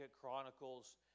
Chronicles